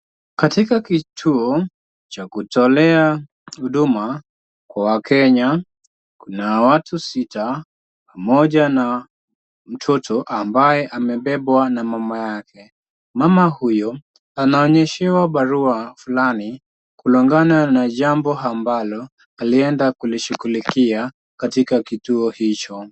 Katika kituo cha kutolea huduma kwa wakenya, kuna watu sita pamoja na mtoto ambaye amebebwa na mama yake. Mama huyo anaonyeshewa barua fulani, kulinga na jambo ambalo alienda kushughulikia katika kituo hicho.